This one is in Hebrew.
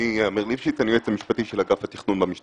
אני היועץ המשפטי של אגף התכנון במשטרה.